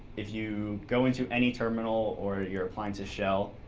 if you go into any terminal or your appliance's shell,